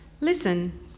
listen